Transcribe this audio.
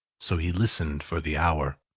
so he listened for the hour.